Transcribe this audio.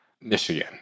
Michigan